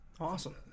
Awesome